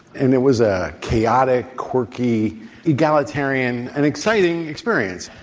and it was a chaotic, quirky egalitarian and exciting experience.